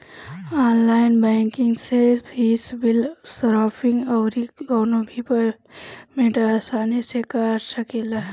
online banking से fees, bill, shopping अउरी कवनो भी पेमेंट आसानी से कअ सकेला